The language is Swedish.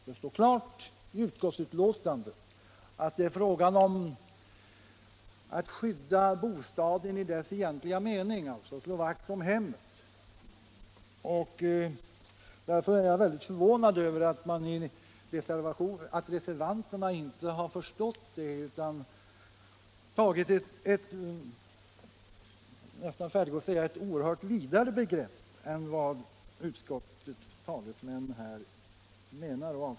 Det står klart i utskottsbetänkandet att det är fråga om att skydda bostaden i dess egentliga mening, alltså att slå vakt om hemmet. Därför är jag väldigt förvånad över att reservanterna inte har förstått det utan uppfattat bostaden som ett mycket vidare begrepp än vad utskottet avser.